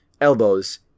elbows